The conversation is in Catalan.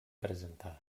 presentada